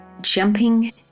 jumping